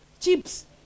chips